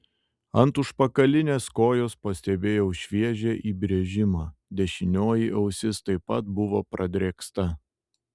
ant užpakalinės kojos pastebėjau šviežią įbrėžimą dešinioji ausis taip pat buvo pradrėksta